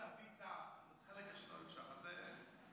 לוועדה המשותפת.